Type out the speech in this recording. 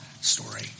story